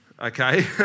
okay